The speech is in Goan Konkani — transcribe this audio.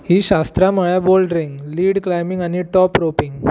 ही शास्त्रां म्हणल्यार बोल्डरिंग लीड क्लायंबिंग आनी टॉप रोपिंग